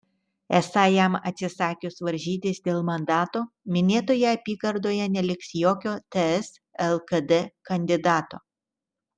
esą jam atsisakius varžytis dėl mandato minėtoje apygardoje neliks jokio ts lkd kandidato